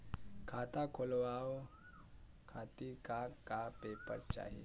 खाता खोलवाव खातिर का का पेपर चाही?